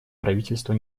правительства